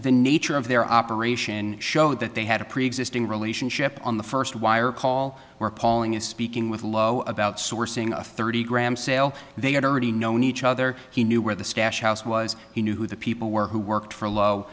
the nature of their operation show that they had a preexisting relationship on the first wire call were appalling in speaking with low of outsourcing a thirty gram sale they had already known each other he knew where the stash house was he knew who the people were who worked for low